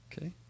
okay